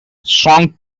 song